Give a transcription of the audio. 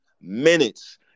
minutes